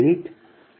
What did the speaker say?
5p